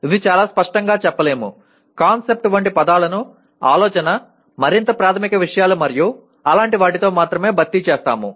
ఇది చాలా స్పష్టంగా చెప్పలేము కాన్సెప్ట్ వంటి పదాలను ఆలోచన మరింత ప్రాథమిక విషయాలు మరియు అలాంటి వాటితో మాత్రమే భర్తీ చేస్తాము